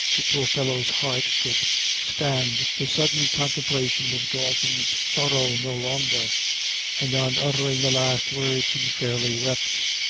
the poor fellow's heart could stand the sudden contemplation of dalton's sorrow no longer and on uttering the last words he fairly wept.